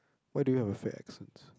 why do you have a fake accent